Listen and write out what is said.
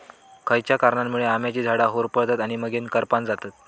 खयच्या कारणांमुळे आम्याची झाडा होरपळतत आणि मगेन करपान जातत?